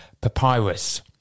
Papyrus